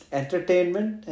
entertainment